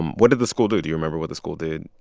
what did the school do? do you remember what the school did